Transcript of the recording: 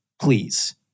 please